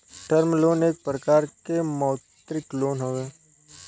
term loan एक प्रकार के मौदृक लोन हवे